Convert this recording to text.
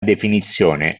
definizione